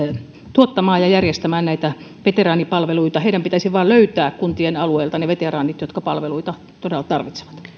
tuottamaan ja järjestämään näitä veteraanipalveluita heidän pitäisi vain löytää kuntien alueelta ne veteraanit jotka palveluita todella tarvitsevat